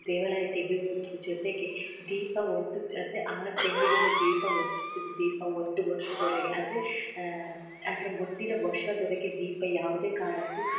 ದೇವಾಲಯ ತೆಗಿಯೂದ್ರ ಜೊತೆಗೆ ದೀಪ ಒಂದು ಅಂದರೆ ಆರು ತಿಂಗ್ಳಿಗೆ ಒಮ್ಮೆ ದೀಪ ಹೊತ್ತಿಸಿದ ದೀಪ ಒಂದು ವರ್ಷದೊರೆಗೆ ಅಂದರೆ ಅದ್ರ ಮುಂದಿನ ವರ್ಷದೊರೆಗೆ ದೀಪ ಯಾವುದೇ ಕಾರಣಕ್ಕು